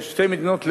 אלה שתי מדינות לאום,